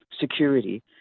security